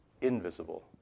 invisible